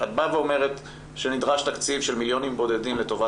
את אומרת שנדרש תקציב של מיליונים בודדים לטובת